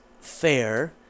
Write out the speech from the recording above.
fair